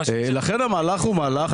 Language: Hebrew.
לכן המהלך הוא מהלך,